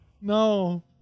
No